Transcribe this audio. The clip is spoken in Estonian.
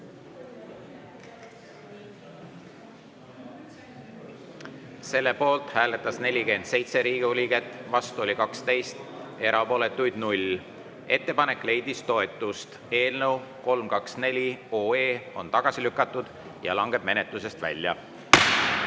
Selle poolt hääletas 47 Riigikogu liiget, vastu oli 12, erapooletuid 0. Ettepanek leidis toetust. Eelnõu 324 on tagasi lükatud ja langeb menetlusest välja. Head